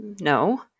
No